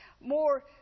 more